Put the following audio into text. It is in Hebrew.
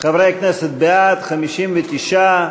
חברי הכנסת, בעד, 59,